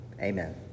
Amen